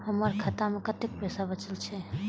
हमर खाता मे कतैक पाय बचल छै